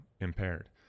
impaired